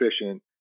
efficient